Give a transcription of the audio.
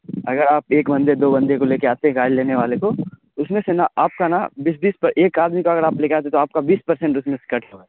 اگر آپ ایک بندے دو بندے کو لے کے آتے گاڑی لینے والے کو اس میں سے نا آپ کا نا بیس بیس ایک آدمی کو اگر آپ لے کے آتے ہیں تو آپ کا بیس پرسنٹ اس میں سے کٹ ہوگا سر